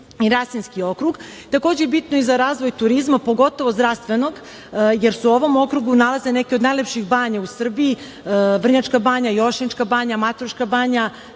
i Rasinski okrug. Takođe, bitno je i za razvoj turizma, pogotovo zdravstvenog, jer se u ovom okrugu nalaze neke od najlepših banja u Srbiji, Vrnjačka Banja, Jošanička Banja, Mataruška Banja,